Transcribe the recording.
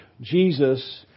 Jesus